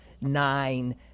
nine